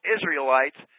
Israelites